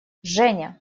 женя